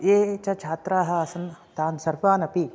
ये च छात्राः आसन् तान् सर्वानपि